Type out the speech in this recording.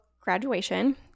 graduation